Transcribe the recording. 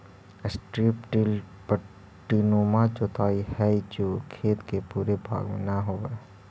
strip till पट्टीनुमा जोताई हई जो खेत के पूरे भाग में न होवऽ हई